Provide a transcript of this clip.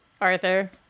arthur